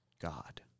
god